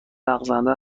لغزنده